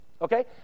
okay